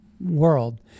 World